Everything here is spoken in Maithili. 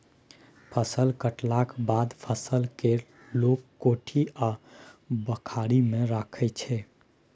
फसल कटलाक बाद फसल केँ लोक कोठी आ बखारी मे राखै छै